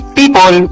people